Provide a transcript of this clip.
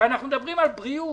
כשאנחנו מדברים על בריאות.